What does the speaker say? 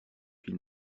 qu’il